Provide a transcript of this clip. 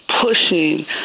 pushing